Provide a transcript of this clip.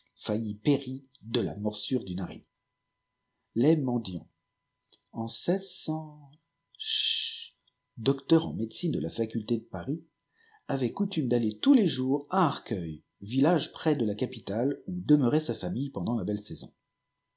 périt de la morsure d'une araignée les mendiants en chut docteur en médecine de la faculté de paris avait coutume d'aller tous lés jours à arcueil villajge près de la capitale où demeurait sa famille pendant la joëlle saison